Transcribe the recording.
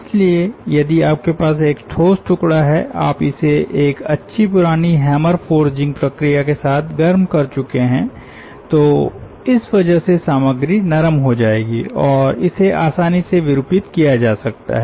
इसलिए यदि आपके पास एक ठोस टुकड़ा है आप इसे एक अच्छी पुरानी हैमर फोर्जिंग प्रक्रिया के साथ गर्म कर चुके हैं तो इस वजह से सामग्री नरम हो जाएगी और इसे आसानी से विरूपित किया जा सकता है